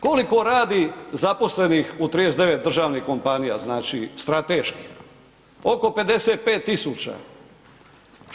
Koliko radi zaposlenih u 39 državnih kompanija, znači strateških, oko 55.000.